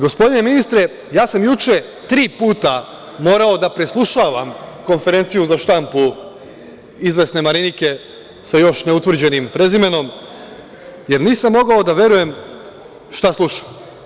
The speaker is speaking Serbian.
Gospodine ministre, ja sam juče tri puta morao da preslušavam konferenciju za štampu izvesne Marinike sa još ne utvrđenim prezimenom, jer nisam mogao da verujem šta slušam.